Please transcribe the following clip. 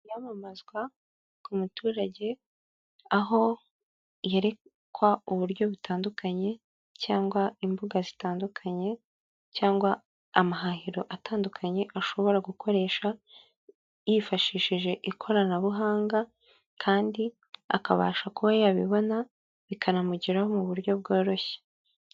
Iyamamazwa ku muturage, aho yerekwa uburyo butandukanye, cyangwa imbuga zitandukanye, cyangwa amahahiro atandukanye ashobora gukoresha yifashishije ikoranabuhanga, kandi akabasha kuba yabibona bikanamugeraho mu buryo bworoshye.